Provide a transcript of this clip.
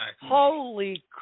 Holy